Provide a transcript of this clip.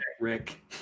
Rick